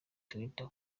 twitter